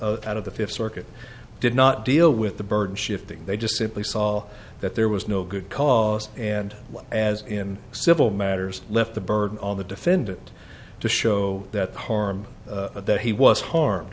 deal out of the fifth circuit did not deal with the burden shifting they just simply saw that there was no good cause and as in civil matters left the burden on the defendant to show that harm that he was harmed